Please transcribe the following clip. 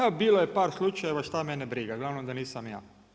A bilo je par slučajeva, šta mene briga, glavno da nisam ja.